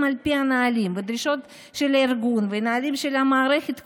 על פי הנהלים והדרישות של הארגון והנהלים של המערכת כולה,